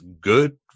good